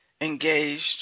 engaged